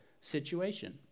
situation